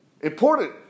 Important